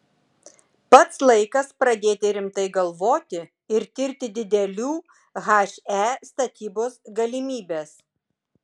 pats laikas pradėti rimtai galvoti ir tirti didelių he statybos galimybes